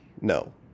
No